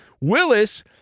Willis